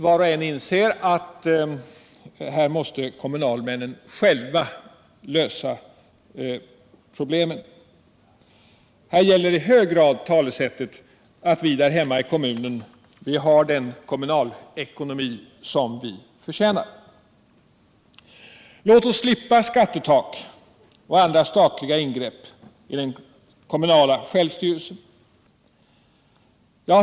Var och en inser att kommunalmännen själva måste lösa problemen. Här gäller i hög grad talesättet att vi där hemma i kommunen har den kommunalekonomi som vi förtjänar. Låt oss slippa skattetak och andra statliga ingrepp i den kommunala självstyrelsen.